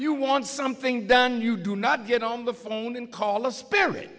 you want something done you do not get on the phone and call a spirit